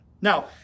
Now